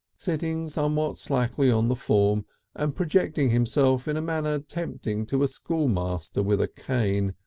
sitting somewhat slackly on the form and projecting himself in a manner tempting to a schoolmaster with a cane.